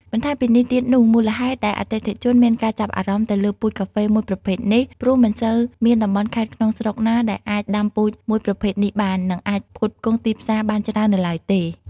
បន្ថែមពីនេះទៀតនោះ មូលហេតុដែលអតិថិជនមានការចាប់អារម្មណ៍ទៅលើពូជកាហ្វេមួយប្រភេទនេះ ព្រោះមិនសូវមានតំបន់ខេត្តក្នុងស្រុកណាដែលអាចដាំពូជមួយប្រភេទនេះបាន នឹងអាចផ្គត់ផ្គង់ទីផ្សារបានច្រើននៅឡើយទេ។